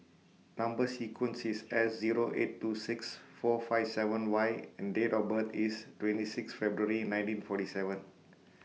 Number sequence IS S Zero eight two six four five seven Y and Date of birth IS twenty six February nineteen forty seven